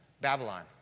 Babylon